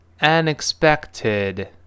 unexpected